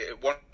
one